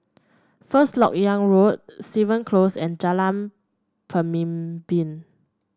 First LoK Yang Road Stevens Close and Jalan Pemimpin